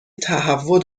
تهوع